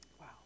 Wow